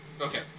Okay